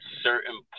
certain